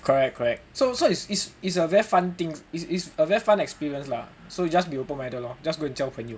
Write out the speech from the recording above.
correct correct so so is is is a very fun thing is is a very fun experience lah so you just be open minded lor just go and 加朋友